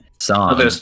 song